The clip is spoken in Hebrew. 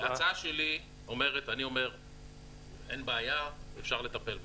ההצעה שלי, אני אומר, אין בעיה, אפשר לטפל בזה.